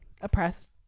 oppressed